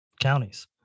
counties